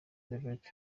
derek